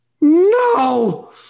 no